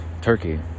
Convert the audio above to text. Turkey